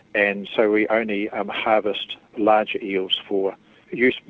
and so we only um harvest larger eels for use,